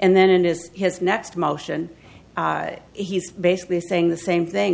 and then it is his next motion he's basically saying the same